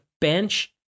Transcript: bench